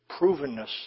provenness